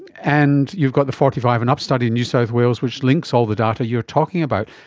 and you've got the forty five and up study in new south wales which links all the data you're talking about.